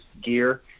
gear